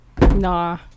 Nah